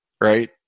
right